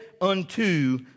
unto